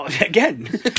again